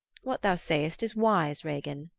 what thou sayst is wise, regin,